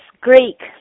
Greek